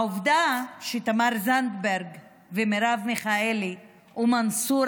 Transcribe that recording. העובדה שתמר זנדברג ומרב מיכאלי ומנסור